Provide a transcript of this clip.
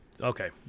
Okay